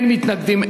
אין מתנגדים,